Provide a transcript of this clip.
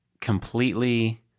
completely